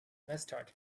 mustard